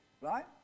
right